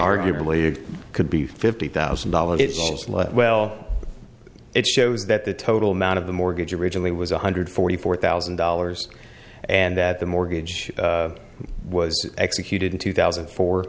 arguably it could be fifty thousand dollars well it shows that the total amount of the mortgage originally was one hundred forty four thousand dollars and that the mortgage was executed in two thousand